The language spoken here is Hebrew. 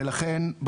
לכן,